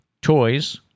Toys